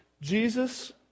Jesus